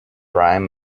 prime